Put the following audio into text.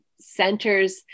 centers